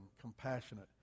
compassionate